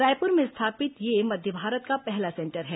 रायपुर में स्थापित यह मध्य भारत का पहला सेंटर है